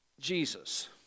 Jesus